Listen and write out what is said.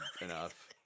enough